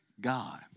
God